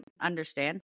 understand